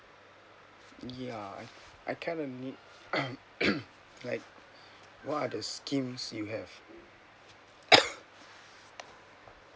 yeah I kinda need like what are the schemes you have